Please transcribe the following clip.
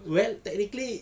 well technically